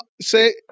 say